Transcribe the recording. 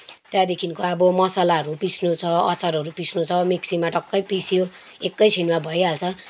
त्यहाँदेखिको अब मसालाहरू पिस्नु छ अचारहरू पिस्नु छ मिक्सीमा टक्कै पिस्यो एकैछिनमा भइहाल्छ